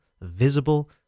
visible